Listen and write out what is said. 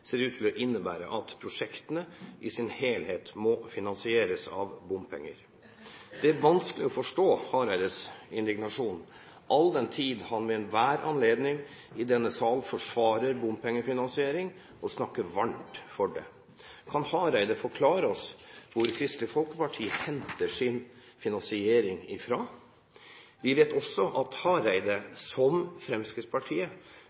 ser ut til å innebære at prosjektene i sin helhet må finansieres av bompenger. Det er vanskelig å forstå Hareides indignasjon all den tid han ved enhver anledning i denne sal forsvarer bompengefinansiering og snakker varmt for det. Kan Hareide forklare oss hvor Kristelig Folkeparti henter sin finansiering fra? Vi vet også at